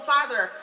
Father